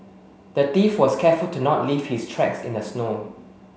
the thief was careful to not leave his tracks in the snow